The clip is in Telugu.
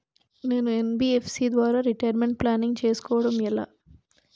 నేను యన్.బి.ఎఫ్.సి ద్వారా రిటైర్మెంట్ ప్లానింగ్ చేసుకోవడం ఎలా?